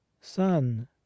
son